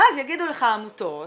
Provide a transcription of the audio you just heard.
ואז יגידו לך העמותות,